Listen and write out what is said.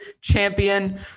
champion